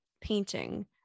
painting